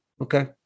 Okay